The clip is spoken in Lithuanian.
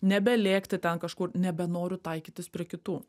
nebelėkti ten kažkur nebenoriu taikytis prie kitų